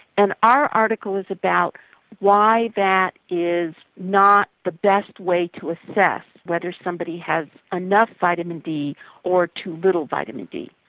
and our article is about why that is not the best way to assess whether somebody has enough vitamin d or too little vitamin d.